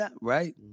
right